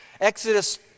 Exodus